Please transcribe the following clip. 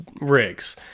rigs